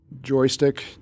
joystick